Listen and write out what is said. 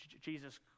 Jesus